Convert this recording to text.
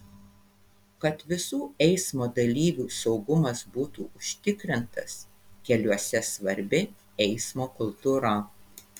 kad visų eismo dalyvių saugumas būtų užtikrintas keliuose svarbi eismo kultūra